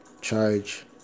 charge